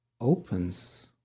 opens